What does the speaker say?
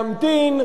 להמתין.